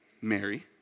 Mary